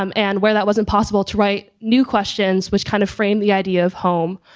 um and where that wasn't possible to write new questions, which kind of frame the idea of home.